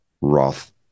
Roth